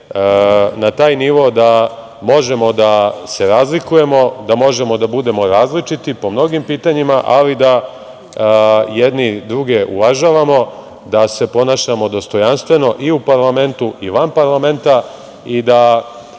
na taj nivo da možemo da se razlikujemo, da možemo da budemo različiti po mnogim pitanjima, ali da jedni druge uvažavamo, da se ponašamo dostojanstveno i u parlamentu i van parlamenta i da